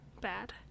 bad